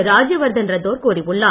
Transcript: ராஜ்ய வர்தன் ராத்தோர் கூறியுள்ளார்